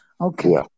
Okay